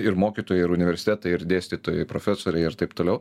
ir mokytojai ir universitetai ir dėstytojai profesoriai ir taip toliau